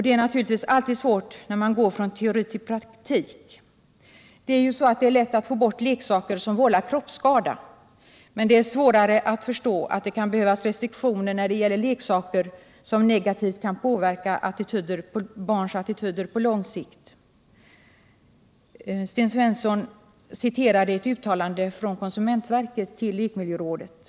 Det är naturligtvis alltid svårt när man går från teori till praktik och det är lätt att få bort leksaker som vållar kroppsskada, men det är svårare att förstå att det behövs restriktioner när det gäller leksaker som negativt påverkar barns attityder på lång sikt. Sten Svensson citerade ett uttalande från konsumentverket till lekmiljörådet.